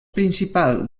principal